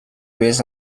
vés